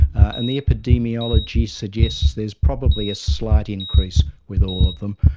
and the epidemiology suggests there is probably a slight increase with all of them.